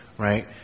Right